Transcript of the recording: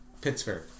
Pittsburgh